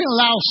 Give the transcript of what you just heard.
allow